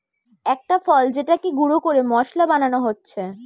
একটা ফল যেটাকে গুঁড়ো করে মশলা বানানো হচ্ছে